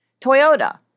Toyota